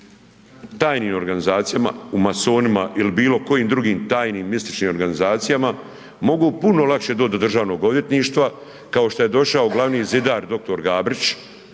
tajnim organizacijama u masonima ili bilo kojim drugim tajnim mističnim organizacijama mogu puno lakše doći do državnog odvjetništva kao što je došao glavni zidar dr. Gabrić